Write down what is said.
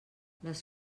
les